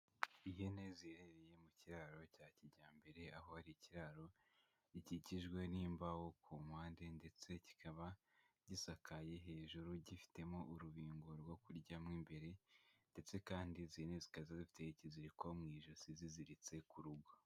Ihene ziherereye mu kiraro cya kijyambere, aho hari ikiraro gikikijwe n'imbaho ku mpande ndetse kikaba gisakaye hejuru, gifitemo urubingo rwo kuryamo mu imbere ndetse kandi izi hene zikaza zifite ikizirikwa mu ijosi ziziritse ku rugo.